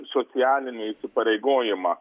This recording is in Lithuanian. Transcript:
socialinį įsipareigojimą